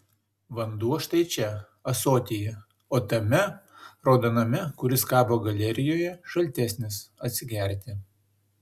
vanduo štai čia ąsotyje o tame raudoname kuris kabo galerijoje šaltesnis atsigerti